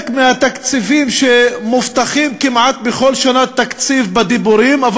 מהתקציבים שמובטחים כמעט בכל שנת תקציב בדיבורים אבל